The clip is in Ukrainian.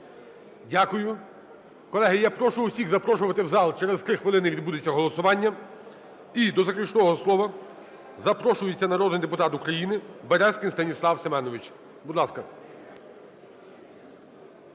Дякую. Колеги, я прошу всіх запрошувати в зал. Через 3 хвилини відбудеться голосування. І до заключного слова запрошується народний депутат України Березкін Станіслав Семенович, будь ласка.